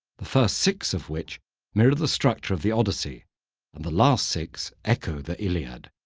the first six of which mirror the structure of the odyssey and the last six echo the iliad.